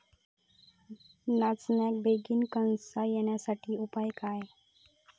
नाचण्याक बेगीन कणसा येण्यासाठी उपाय काय?